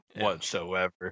whatsoever